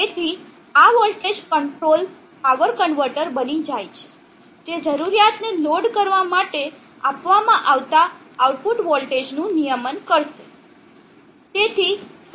તેથી આ voltage control power converter બની જાય છે જે જરૂરીયાતને લોડ કરવા માટે આપવામાં આવતા આઉટપુટ વોલ્ટેજનું નિયમન કરશે